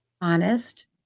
honest